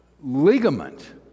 ligament